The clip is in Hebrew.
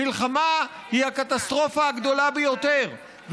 מלחמה היא הקטסטרופה הגדולה ביותר,